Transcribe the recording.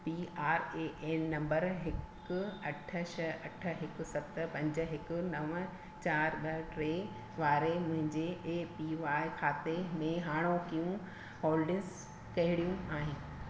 P R A N number हिकु अठ छह अठ हिकु सत पंज हिकु नव चारि ॿ टे वारे मुंहिंजे ए पी वाए खाते में हाणोकियूं होल्डिंग्स कहिड़ियूं आहिनि